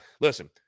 Listen